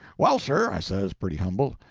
well, sir, i says, pretty humble,